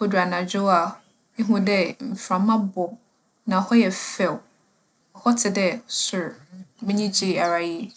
Odur anadwo a, ihu dɛ mframa bͻ, na hͻ yɛ fɛw. Hͻ tse dɛ sor, m'enyi gyee ara yie.